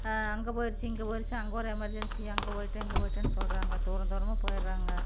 அங்கே போயிடுச்சி இங்கே போயிடுச்சி அங்கே ஒரு எமெர்ஜென்சி அங்கே போய்விட்டேன் இங்கே போய்விட்டேன்னு சொல்கிறாங்க தூரந்தூரமாக போய்ட்றாங்க